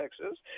Texas